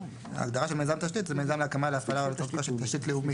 ההגדרה של מיזם תשתית היא מיזם להקמה או להפעלה של תשתית לאומית.